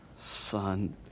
Son